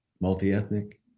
Multi-ethnic